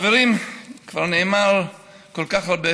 חברים, כבר נאמר כל כך הרבה